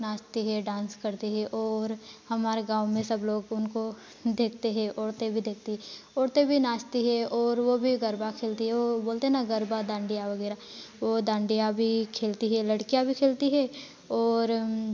नाचती हैं डांस करती हैं और हमारे गाँव में सब लोग उनको देखते हैं औरते भी देखती हैं औरते भी नाचती हैं और वो भी गरबा खेलती हैं वो बोलते हैं न गरबा डांडिया वगैरह वो डांडिया भी खेलती हैं लडकियाँ भी खेलती हैं और